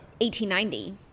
1890